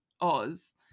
Oz